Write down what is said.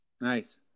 Nice